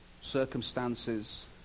circumstances